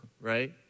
right